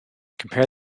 compare